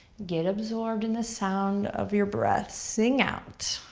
get absorbed in the sound of your breath, sing out.